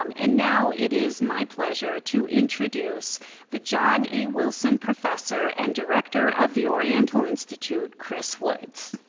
um and now it is my pleasure to introduce the john a. wilson professor and director of the oriental institute, chris woods.